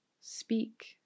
speak